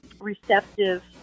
receptive